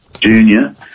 junior